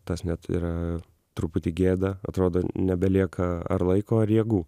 tas net yra truputį gėda atrodo nebelieka ar laiko ar jėgų